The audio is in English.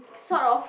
sort of